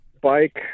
bike